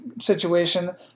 situation